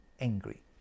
angry